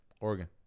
Oregon